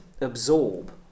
absorb